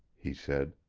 he said.